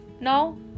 now